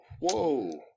whoa